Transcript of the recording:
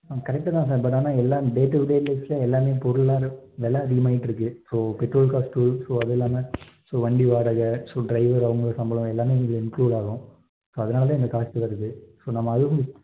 ஆ correct தான் sir but ஆனால் எல்லாம் டே டு டே லைஃப்பில் எல்லாமே பொருளெல்லாம் வில அதிகமாயிட்டு இருக்குது ஸோ பெட்ரோல் காஸ்ட்டு ஸோ அதெல்லாமே ஸோ வண்டி வாடகை ஸோ டிரைவர் அவங்களோட சம்பளம் எல்லாம் அதில் இன்க்லூடு ஆகும் ஸோ அதனால தான் இவ்வளோ காஸ்ட்டு வருது ஸோ நம்ம அதுவும்